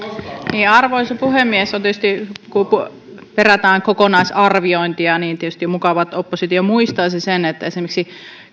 arvoisa puhemies kun kun perätään kokonaisarviointia tietysti on mukava että oppositio muistaisi sen että esimerkiksi